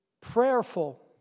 prayerful